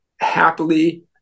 happily